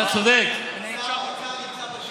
שר האוצר נמצא פה.